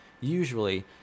Usually